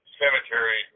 cemetery